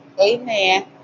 Amen